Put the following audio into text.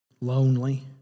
lonely